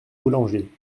boulanger